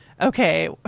okay